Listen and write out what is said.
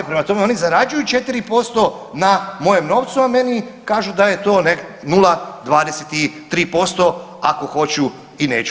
Prema tome oni zarađuju 4% na mojem novcu, a meni kažu da je to 0,23% ako hoću i neću.